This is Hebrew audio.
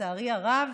לצערי הרב,